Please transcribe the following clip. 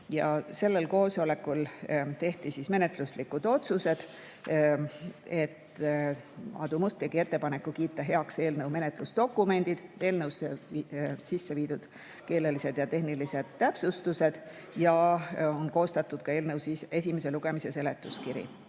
Sellel koosolekul tehti menetluslikud otsused. Aadu Must tegi ettepaneku kiita heaks eelnõu menetlusdokumendid, eelnõusse sisse viidud keelelised ja tehnilised täpsustused ning eelnõu esimese lugemise seletuskiri.